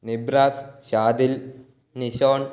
Nibras Shadil Nishon